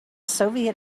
soviet